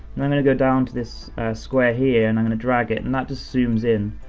and i'm gonna go down to this square here, and i'm gonna drag it, and that just zooms in,